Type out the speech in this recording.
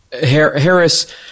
Harris